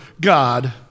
God